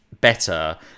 better